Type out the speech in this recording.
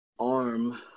arm